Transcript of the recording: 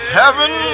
heaven